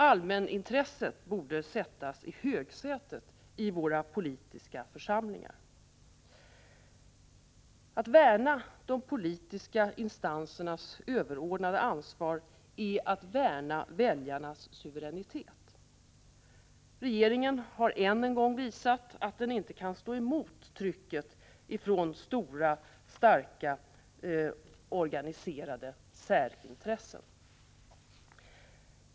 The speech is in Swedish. Allmänintresset borde sättas i högsätet i våra politiska församlingar. Att värna de politiska instansernas överordnade ansvar är att värna väljarnas suveränitet. Regeringen har än en gång visat att den inte kan stå emot trycket från starka organiserade särintressen.